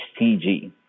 HCG